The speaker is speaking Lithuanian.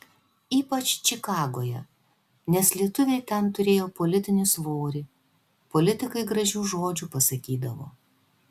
ypač čikagoje nes lietuviai ten turėjo politinį svorį politikai gražių žodžių pasakydavo